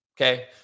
okay